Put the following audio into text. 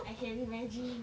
I can imagine